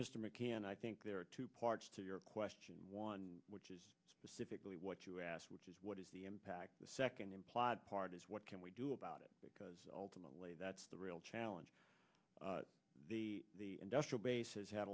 mr mccann i think there are two parts to your question one which is specifically what you asked which is what is the impact the second implied part is what can we do about it because ultimately that's the real challenge the industrial base has had